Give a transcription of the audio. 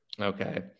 Okay